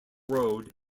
rode